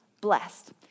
blessed